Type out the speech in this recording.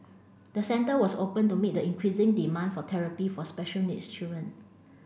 the centre was opened to meet the increasing demand for therapy for special needs children